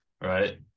right